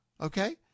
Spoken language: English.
Okay